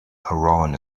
aráin